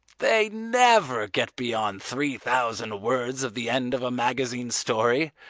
they never get beyond three thousand words of the end of a magazine story.